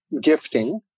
gifting